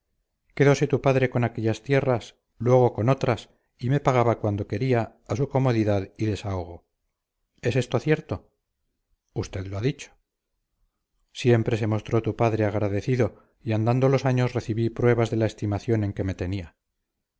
pobre quedose tu padre con aquellas tierras luego con otras y me pagaba cuando quería a su comodidad y desahogo es esto cierto usted lo ha dicho siempre se mostró tu padre agradecido y andando los años recibí pruebas de la estimación en que me tenía